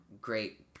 great